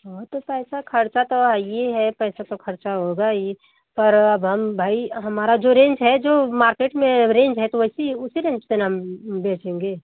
वो तो पैसा खर्चा तो हैये हे पैसा तो खर्चा होगा ही पर अब हम भाई हमारा जो रेंज हे जो मार्केट में अब रेंज है तो वैसे ही उसी रेंज पर न हम बेचेंगे